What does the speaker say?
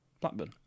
Blackburn